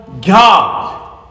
God